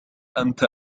أنت